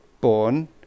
born